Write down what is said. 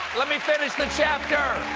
let me finish the chapter!